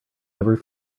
never